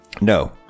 No